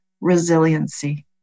resiliency